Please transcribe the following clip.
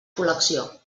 col·lecció